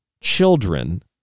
children